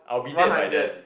one hundred